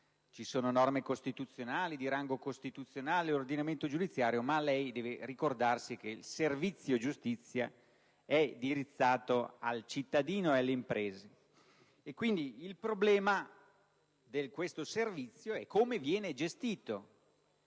ci sono norme di rango costituzionale e ordinamento giudiziario, ma lei deve ricordarsi che il servizio giustizia è indirizzato al cittadino e alle imprese. Quindi il problema di questo servizio è come viene gestito.